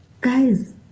Guys